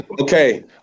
Okay